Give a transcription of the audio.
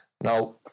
Now